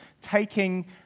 taking